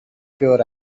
pure